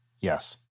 Yes